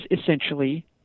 essentially